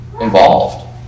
involved